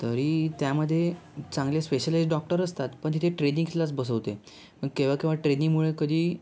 तरी त्यामध्ये चांगले स्पेशलाईझ्ड डॉक्टर असतात पण तिथे ट्रेनीजलाच बसवते पण केव्हा केव्हा ट्रेनीमुळे कधी